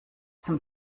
zum